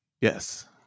Yes